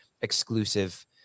exclusive